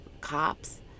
cops